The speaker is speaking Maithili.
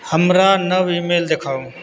हमरा नव इमेल देखाउ